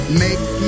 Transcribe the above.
make